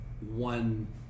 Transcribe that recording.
one